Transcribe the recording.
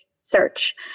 search